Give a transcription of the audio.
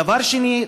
דבר שני,